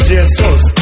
Jesus